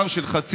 (ירי מנשק חם).